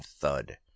thud